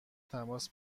تماس